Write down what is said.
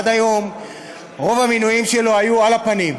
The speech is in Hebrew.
עד היום רוב המינויים שלו היו על הפנים,